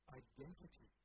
identity